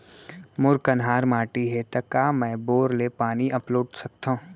मोर कन्हार माटी हे, त का मैं बोर ले पानी अपलोड सकथव?